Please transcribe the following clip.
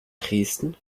dresden